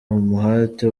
umuhate